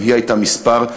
גם היא הייתה מספר.